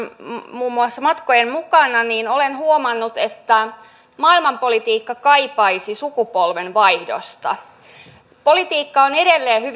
muun muassa ulkoasiainvaliokunnan matkojen mukana niin olen huomannut että maailmanpolitiikka kaipaisi sukupolvenvaihdosta politiikka on edelleen hyvin maskuliinista